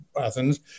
Athens